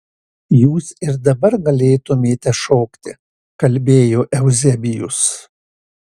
jūs ir dabar galėtumėte šokti kalbėjo euzebijus